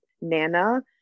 Nana